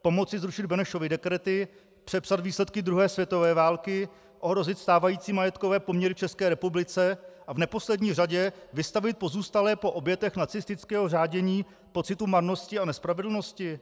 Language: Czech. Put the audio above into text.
Pomoci zrušit Benešovy dekrety, přepsat výsledky druhé světové války, ohrozit stávající majetkové poměry v České republice a v neposlední řadě vystavit pozůstalé po obětech nacistického řádění pocitu marnosti a nespravedlnosti?